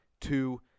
two